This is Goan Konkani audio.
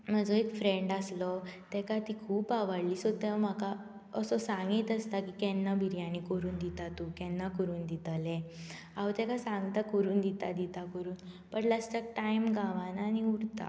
म्हजो एक फ्रेंड आसलो ताका ती खूब आवडली तो म्हाका असो सांगीत आसता की केन्ना बिरयानी करून दिता तूं केन्ना करून दितले हांव ताका सांगता करून दिता दिता करून बट लास्टाक टायम गावना आनी उरता